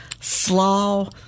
slaw